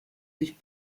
sich